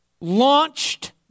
launched